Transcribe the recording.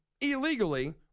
illegally